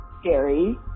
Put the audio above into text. scary